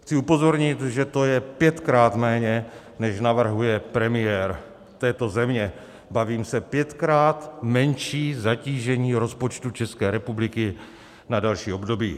Chci upozornit, že to je pětkrát méně, než navrhuje premiér této země, bavím se, pětkrát menší zatížení rozpočtu České republiky na další období.